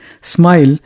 smile